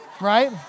Right